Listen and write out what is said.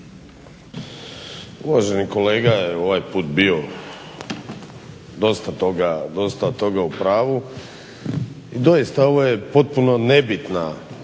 Uvaženi kolega je ovaj put bio dosta toga u pravu. I doista, ovo je potpuno nebitna